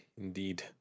indeed